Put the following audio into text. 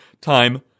time